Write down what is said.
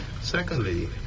Secondly